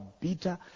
bitter